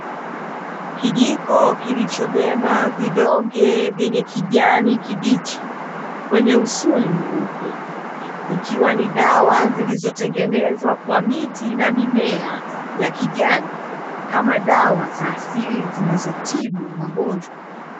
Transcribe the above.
Kijiko kilichobeba vidonge vyenye kijani kibichi kwenye usuli mweupe, ikiwa ni dawa zilizotengenezwa kwa miti na mimea ya kijani kama dawa za asili zinazotibu magonjwa.